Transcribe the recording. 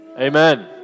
Amen